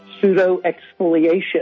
pseudo-exfoliation